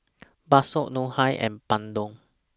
Bakso Ngoh Hiang and Bandung